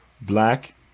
black